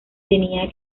tenía